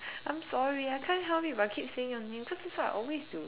I'm sorry I can't help it but I keep saying your name cause that's what I always do